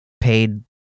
paid